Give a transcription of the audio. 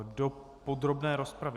Do podrobné rozpravy...